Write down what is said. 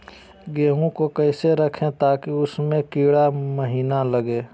गेंहू को कैसे रखे ताकि उसमे कीड़ा महिना लगे?